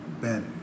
better